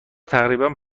تقریبا